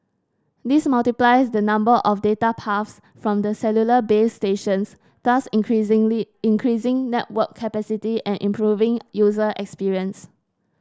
this multiplies the number of data paths from the cellular base stations thus increasingly increasing network capacity and improving user experience